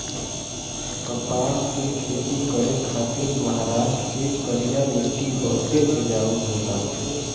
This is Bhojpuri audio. कपास के खेती खातिर महाराष्ट्र के करिया मट्टी बहुते उपजाऊ होला